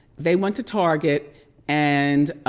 they went to target and